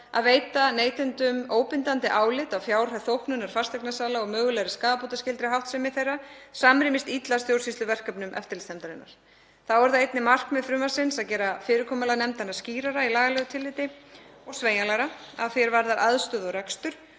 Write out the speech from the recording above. að veita neytendum óbindandi álit á fjárhæð þóknunar fasteignasala og mögulegri skaðabótaskyldri háttsemi þeirra samrýmist illa stjórnsýsluverkefnum eftirlitsnefndarinnar. Þá er það einnig markmið frumvarpsins að gera fyrirkomulag nefndanna skýrara í lagalegu tilliti og sveigjanlegra að því er varðar aðstöðu og rekstur